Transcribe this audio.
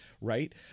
right